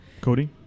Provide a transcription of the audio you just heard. Cody